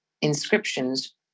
inscriptions